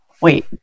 Wait